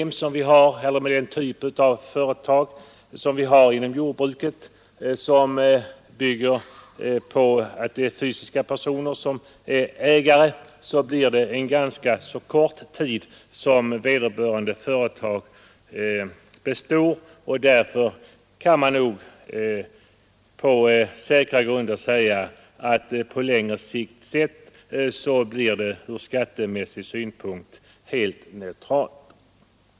Med den typ av företag som vi har inom jordbruket, som bygger på att fysiska personer är ägare, blir det en ganska kort tid som vederbörande företag består, och därför kan man nog på ganska säkra grunder säga att det på längre sikt sett ur skattemässig synpunkt blir helt neutralt.